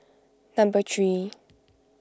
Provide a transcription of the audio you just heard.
number three